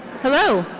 hello.